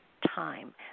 time